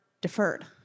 deferred